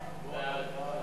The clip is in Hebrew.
לא הודעה,